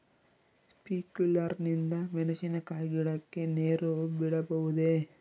Sprinkler ನಿಂದ ಮೆಣಸಿನಕಾಯಿ ಗಿಡಕ್ಕೆ ನೇರು ಬಿಡಬಹುದೆ?